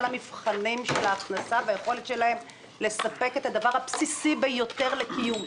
המבחנים של ההכנסה ושל היכולת להם לספק את הדבר הבסיסי ביותר לקיום.